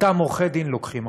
אותם עורכי-דין לוקחים.